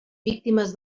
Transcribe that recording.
víctimes